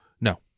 No